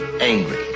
angry